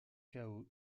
chaos